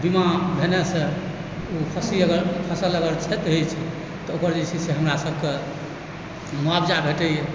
बीमा भेलासँ ओ फसल अगर छति होइत छै तऽ ओहिपर जे छै से हमरा सब कऽ मुआवजा भेटैए